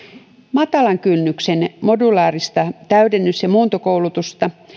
matalan kynnyksen modulaarista täydennys ja muuntokoulutusta